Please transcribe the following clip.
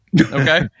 Okay